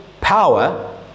power